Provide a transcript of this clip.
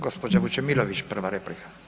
Gđa. Vučemilović, prva replika.